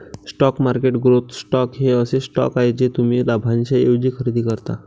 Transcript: stock market growth stocks हे असे stocks आहेत जे तुम्ही लाभांशाऐवजी खरेदी करता